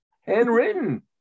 handwritten